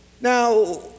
now